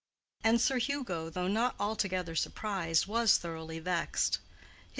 and sir hugo, though not altogether surprised, was thoroughly vexed.